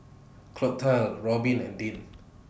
Clotilde Robbin and Deann